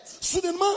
Soudainement